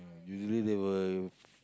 usually they will f~